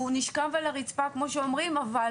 והוא נשכב על הרצפה כמו שאומרים, אבל